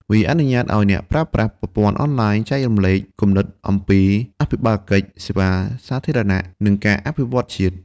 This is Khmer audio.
វាអនុញ្ញាតឱ្យអ្នកប្រើប្រាស់ប្រព័ន្ធអនឡាញចែករំលែកគំនិតអំពីអភិបាលកិច្ច សេវាសាធារណៈ និងការអភិវឌ្ឍន៍ជាតិ។